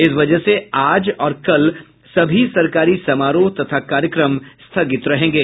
इस वजह से आज और कल सभी सरकारी समारोह तथा कार्यक्रम स्थगित रहेंगे